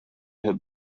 had